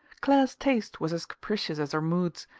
clare's taste was as capricious as her moods,